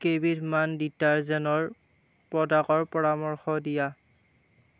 কেইবিধমান ডিটাৰজেন্টৰ প্ৰডাক্টৰ পৰামৰ্শ দিয়া